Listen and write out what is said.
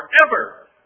forever